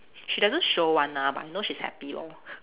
she doesn't show [one] ah but we know she's happy lor